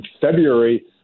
February